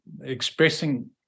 expressing